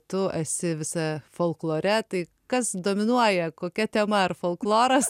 tu esi visa folklore tai kas dominuoja kokia tema ar folkloras